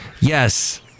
yes